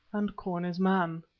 and corn is man.